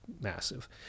Massive